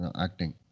acting